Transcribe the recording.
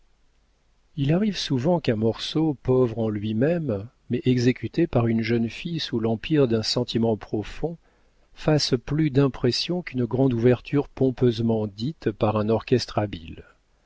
il arrive souvent qu'un morceau pauvre en lui-même mais exécuté par une jeune fille sous l'empire d'un sentiment profond fasse plus d'impression qu'une grande ouverture pompeusement dite par un orchestre habile